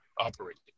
operating